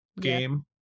game